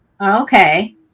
Okay